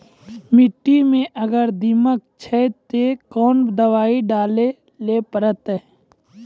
मिट्टी मे अगर दीमक छै ते कोंन दवाई डाले ले परतय?